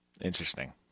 Interesting